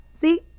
see